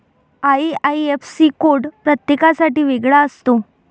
IIFC code प्रत्येकासाठी वेगळा असतो